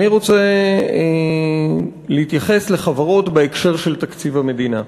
אני רוצה להתייחס לחברות בהקשר של תקציב המדינה.